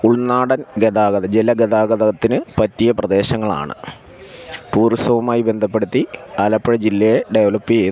ഉൾനാടൻ ഗതാഗതം ജല ഗതാഗതത്തിന് പറ്റിയ പ്രദേശങ്ങളാണ് ടൂറിസവുമായി ബന്ധപ്പെടുത്തി ആലപ്പുഴ ജില്ലയെ ഡെവലപ്പിയ്താൽ